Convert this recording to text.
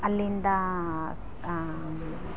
ಅಲ್ಲಿಂದ